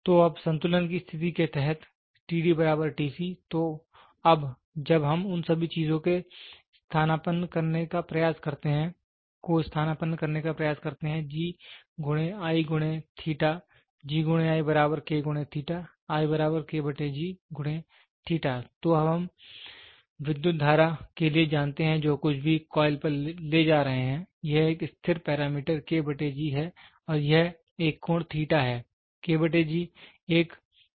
तो अब संतुलन की स्थिति के तहत तो अब जब हम उन सभी चीजों को स्थानापन्न करने का प्रयास करते हैं G G × I K × I × तो अब हम विद्युत धारा के लिए जानते हैं जो कुछ भी कॉइल पर ले जा रहा है यह एक स्थिर पैरामीटर है और यह एक कोण है